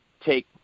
take